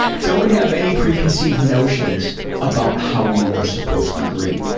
don't have any preconceived notions about how you are supposed to grieve.